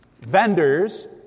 vendors